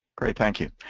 great. thank you.